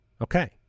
Okay